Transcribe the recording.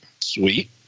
Sweet